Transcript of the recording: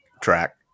track